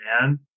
man